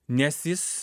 nes jis